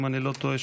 אם אני לא טועה,